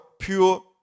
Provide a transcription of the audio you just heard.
pure